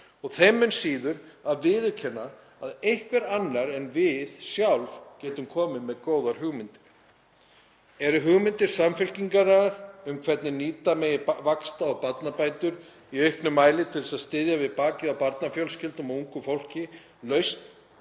og þeim mun síður að viðurkenna að einhver annar en við sjálf geti komið með góðar hugmyndir. Eru hugmyndir Samfylkingarinnar um hvernig nýta megi vaxta- og barnabætur í auknum mæli til að styðja við bakið á barnafjölskyldum og ungu fólki lausn